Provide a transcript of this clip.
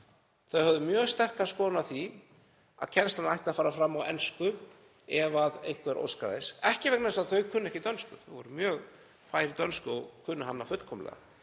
Þau höfðu mjög sterkar skoðanir á því að kennslan ætti að fara fram á ensku ef einhver óskaði þess. Ekki vegna þess að þau kynnu ekki dönsku, þau voru mjög fær í dönsku og kunnu hana fullkomlega,